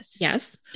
Yes